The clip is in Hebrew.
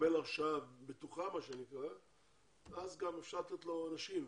מקבל הרשעה בטוחה, אז גם אפשר לתת לו עונשים.